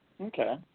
okay